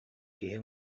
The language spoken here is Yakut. киһи